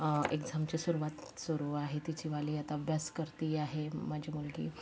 एक्झामची सुरुवात सुरू आहे तिचीवाली आता अभ्यास करते आहे माझी मुलगी